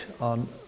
on